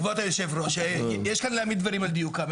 כבוד יושב הראש, יש כאן להעמיד דברים על דיוקם.